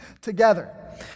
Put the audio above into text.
together